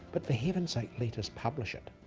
but for heaven's sake let us publish it.